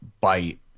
bite